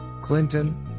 Clinton